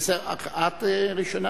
את ראשונה.